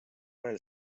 veel